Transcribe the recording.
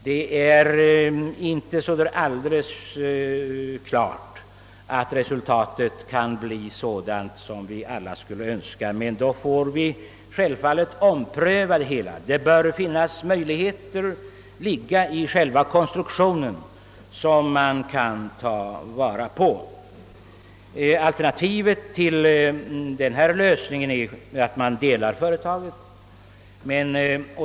Det är inte så alldeles klart att resultatet blir sådant som vi alla skulle önska. Vi får då självfallet ompröva det hela. Det ligger möjligheter i själva konstruktionen som vi bör stödja. Alternativet till denna lösning är att man delar företaget.